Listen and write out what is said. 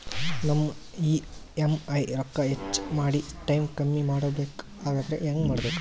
ನಮ್ಮ ಇ.ಎಂ.ಐ ರೊಕ್ಕ ಹೆಚ್ಚ ಮಾಡಿ ಟೈಮ್ ಕಮ್ಮಿ ಮಾಡಿಕೊ ಬೆಕಾಗ್ಯದ್ರಿ ಹೆಂಗ ಮಾಡಬೇಕು?